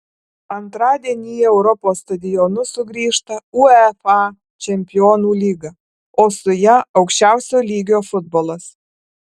antradienį į europos stadionus sugrįžta uefa čempionų lyga o su ja aukščiausio lygio futbolas